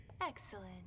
Excellent